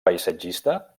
paisatgista